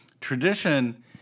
tradition